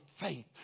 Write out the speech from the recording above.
faith